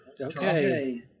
Okay